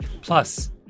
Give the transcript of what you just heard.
Plus